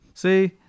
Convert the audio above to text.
See